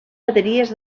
bateries